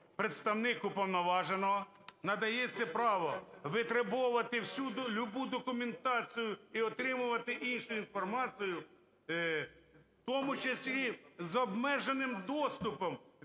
представник уповноваженого, надається право витребувати всю любу документацію і отримувати іншу інформацію, в тому числі з обмеженим доступом,